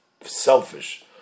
selfish